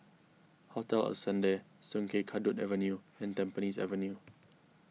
Hotel Ascendere Sungei Kadut Avenue and Tampines Avenue